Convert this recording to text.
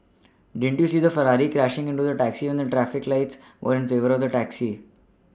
didn't you see the Ferrari crashing into the taxi when the traffic lights were in favour of the taxi